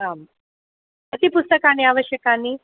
आं कति पुस्तकानि आवश्यकानि